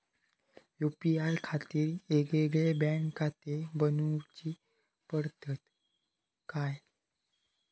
UPI खातीर येगयेगळे बँकखाते बनऊची पडतात काय?